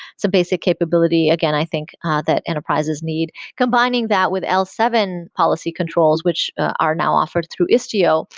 so basic capability. again, i think ah that enterprises need combining that with l seven policy controls which are now offered through istio.